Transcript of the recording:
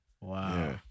Wow